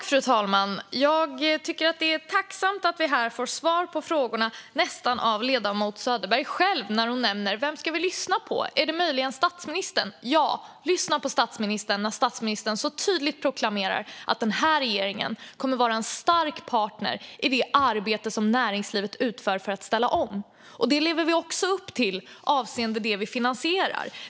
Fru talman! Jag tycker att det är välkommet att vi här nästan får svar från ledamoten Söderberg själv när hon nämner: Vem är det vi ska lyssna på? Är det möjligen statsministern? Ja! Lyssna på statsministern när statsministern så tydligt proklamerar att den här regeringen kommer att vara en stark partner i det arbete som näringslivet utför för att ställa om. Och det lever vi också upp till avseende det vi finansierar.